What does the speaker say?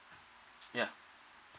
ya